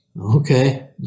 Okay